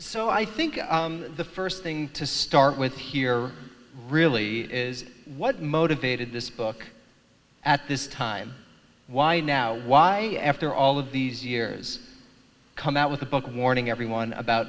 so i think the first thing to start with here really is what motivated this book at this time why now why after all of these years come out with a book warning everyone about